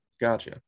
Gotcha